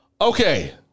Okay